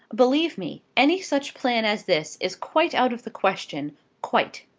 believe me, any such plan as this is quite out of the question quite.